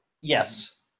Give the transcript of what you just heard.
Yes